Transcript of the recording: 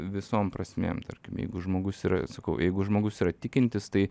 visom prasmėm tarkim jeigu žmogus yra sakau jeigu žmogus yra tikintis tai